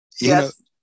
Yes